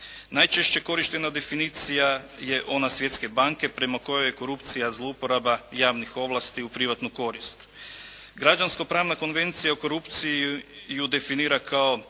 Najčešće korištena definicija je ona Svjetske banke, prema kojoj je korupcija zlouporaba javnih ovlasti u privatnu korist. Građansko pravna konvencija o korupciji ju definira kao